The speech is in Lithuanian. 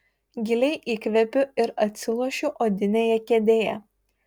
giliai įkvepiu ir atsilošiu odinėje kėdėje